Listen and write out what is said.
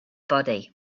body